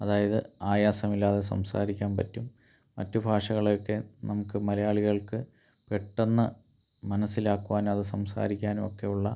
അതായത് ആയാസമില്ലാതെ സംസാരിക്കാൻ പറ്റും മറ്റു ഭാഷകളെയൊക്കെ നമുക്ക് മലയാളികൾക്ക് പെട്ടെന്ന് മനസ്സിലാക്കുവാൻ അത് സംസാരിക്കാനും ഒക്കെയുള്ള